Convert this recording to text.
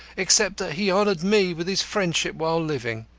except that he honoured me with his friendship while living,